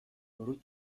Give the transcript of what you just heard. ورود